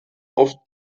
auf